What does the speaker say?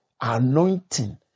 anointing